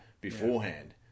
beforehand